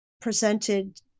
presented